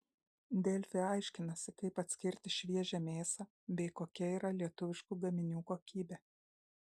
delfi aiškinasi kaip atskirti šviežią mėsą bei kokia yra lietuviškų gaminių kokybė